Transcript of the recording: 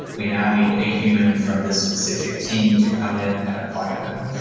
we now need a human from this specific team to come in and apply them.